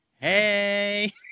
Hey